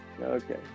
Okay